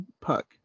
Puck